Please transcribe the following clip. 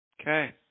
Okay